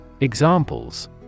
Examples